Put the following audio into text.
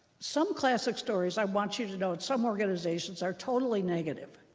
some classic stories, i want you to know, in some organizations are totally negative.